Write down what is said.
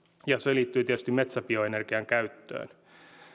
ja se liittyy tietysti metsäbioenergian käyttöön